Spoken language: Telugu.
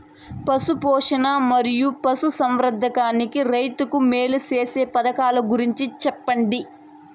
పశు పోషణ మరియు పశు సంవర్థకానికి రైతుకు మేలు సేసే పథకాలు గురించి చెప్పండి?